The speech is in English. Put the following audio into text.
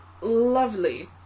lovely